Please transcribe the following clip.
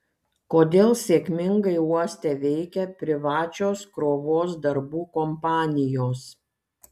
kodėl sėkmingai uoste veikia privačios krovos darbų kompanijos